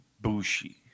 Bushi